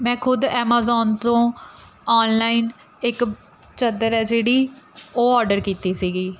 ਮੈਂ ਖੁਦ ਐਮਜ਼ੋਨ ਤੋਂ ਔਨਲਾਈਨ ਇੱਕ ਚਾਦਰ ਹੈ ਜਿਹੜੀ ਉਹ ਓਰਡਰ ਕੀਤੀ ਸੀਗੀ